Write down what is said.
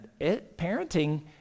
parenting